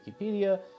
Wikipedia